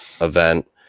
event